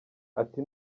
ati